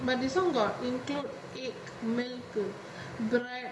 but this one got include eight meals to bread